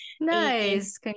Nice